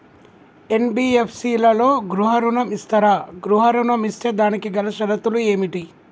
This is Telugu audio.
ఎన్.బి.ఎఫ్.సి లలో గృహ ఋణం ఇస్తరా? గృహ ఋణం ఇస్తే దానికి గల షరతులు ఏమిటి?